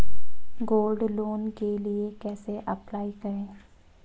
Gold loan के लिए कैसे अप्लाई करें?